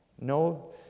No